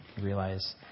Realize